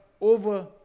over